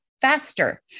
faster